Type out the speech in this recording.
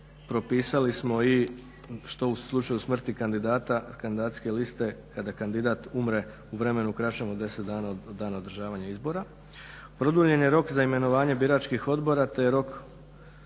propisali smo i što u slučaju smrti kandidata, kandidacijske liste, kada kandidat umre u vremenu kraćem od 10 dana od dana održavanja izbora. Produljen je rok za imenovanje biračkih odbora te je rok